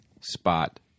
spot